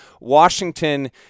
Washington